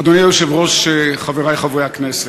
אדוני היושב-ראש, חברי חברי הכנסת,